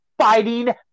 fighting